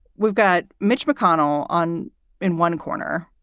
we've got mitch mcconnell on in one corner.